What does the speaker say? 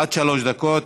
עד שלוש דקות.